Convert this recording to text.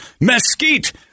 mesquite